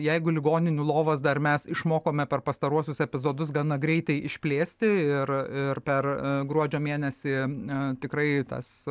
jeigu ligoninių lovas dar mes išmokome per pastaruosius epizodus gana greitai išplėsti ir ir per gruodžio mėnesį tikrai tas